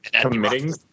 Committing